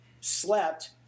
slept